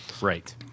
right